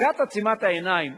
החרגת עצימת העיניים